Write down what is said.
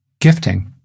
gifting